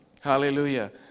Hallelujah